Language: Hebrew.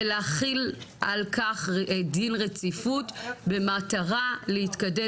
ולהחיל על כך דין רציפות במטרה להתקדם